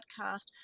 Podcast